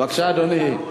בבקשה, אדוני.